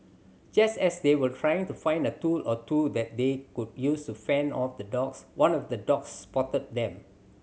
just as they were trying to find a tool or two that they could use to fend off the dogs one of the dogs spotted them